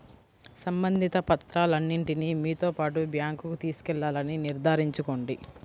సంబంధిత పత్రాలన్నింటిని మీతో పాటు బ్యాంకుకు తీసుకెళ్లాలని నిర్ధారించుకోండి